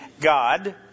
God